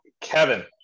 Kevin